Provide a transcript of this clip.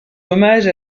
hommage